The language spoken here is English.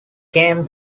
came